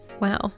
wow